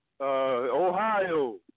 Ohio